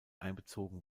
einbezogen